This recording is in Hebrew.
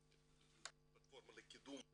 פלטפורמה לקידום ולשיווק,